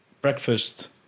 breakfast